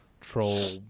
troll